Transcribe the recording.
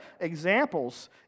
examples